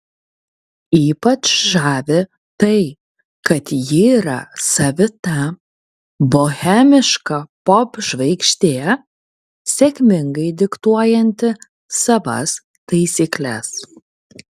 ypač žavi tai kad ji yra savita bohemiška popžvaigždė sėkmingai diktuojanti savas taisykles